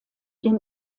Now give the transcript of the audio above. den